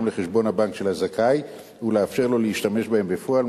לחשבון הבנק של הזכאי ולאפשר לו להשתמש בהם בפועל,